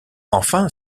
enfin